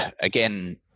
Again